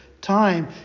time